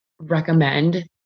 recommend